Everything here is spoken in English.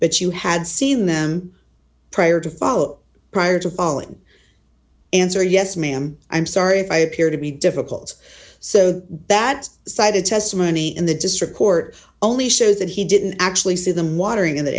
but you had seen them prior to follow up prior to following answer yes ma'am i'm sorry if i appear to be difficult so that cited testimony in the district court only shows that he didn't actually see them watering in that